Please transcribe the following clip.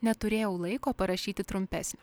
neturėjau laiko parašyti trumpesnio